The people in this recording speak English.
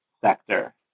sector